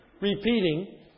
repeating